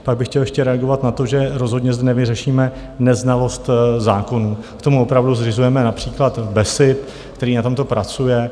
Pak bych chtěl ještě reagovat na to, že rozhodně nevyřešíme neznalost zákonů, k tomu opravdu zřizujeme například BESIP, který na tomto pracuje.